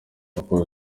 yakoze